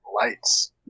lights